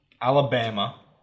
Alabama